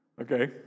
okay